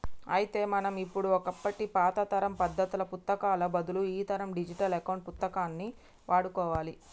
అయితే మనం ఇప్పుడు ఒకప్పటి పాతతరం పద్దాల పుత్తకాలకు బదులు ఈతరం డిజిటల్ అకౌంట్ పుస్తకాన్ని వాడుకోవాలి